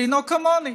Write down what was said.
לנהוג כמוני.